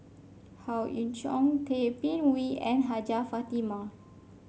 Howe Yoon Chong Tay Bin Wee and Hajjah Fatimah